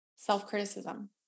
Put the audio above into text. self-criticism